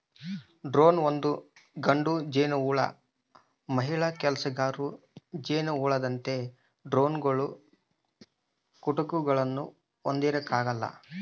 drone ಒಂದು ಗಂಡು ಜೇನುಹುಳು ಮಹಿಳಾ ಕೆಲಸಗಾರ ಜೇನುನೊಣದಂತೆ ಡ್ರೋನ್ಗಳು ಕುಟುಕುಗುಳ್ನ ಹೊಂದಿರಕಲ್ಲ